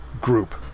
group